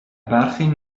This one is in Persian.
برخی